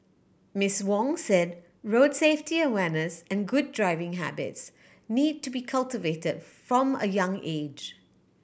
Miss Wong said road safety awareness and good driving habits need to be cultivated from a young age